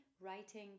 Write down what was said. writing